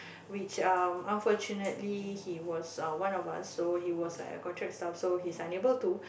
which um unfortunately he was um one of us so he was like a contract staff so he's unable to